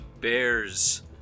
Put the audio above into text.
Bears